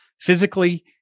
physically